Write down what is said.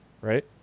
right